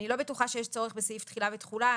אני לא בטוחה שיש צורך בסעיף תחילה ותחולה.